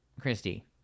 Christy